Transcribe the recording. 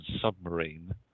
submarine